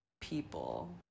people